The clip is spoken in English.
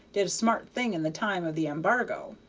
did a smart thing in the time of the embargo.